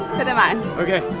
put them on ok.